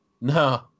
No